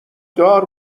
دار